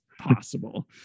possible